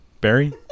Barry